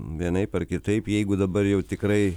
vienaip ar kitaip jeigu dabar jau tikrai